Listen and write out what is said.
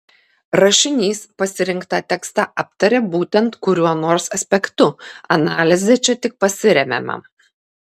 rašinys pasirinktą tekstą aptaria būtent kuriuo nors aspektu analize čia tik pasiremiama